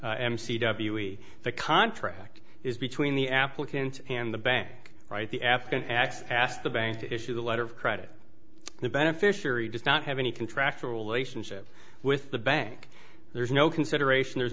m c w e the contract is between the applicants and the bank write the afgan act ask the bank to issue the letter of credit the beneficiary does not have any contractual relationship with the bank there's no consideration there's